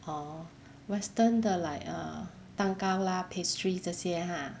orh western 的 like err 蛋糕 lah pastry 这些 !huh!